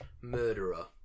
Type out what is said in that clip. murderer